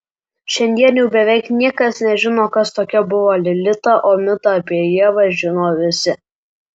šiandien jau beveik niekas nežino kas tokia buvo lilita o mitą apie ievą žino visi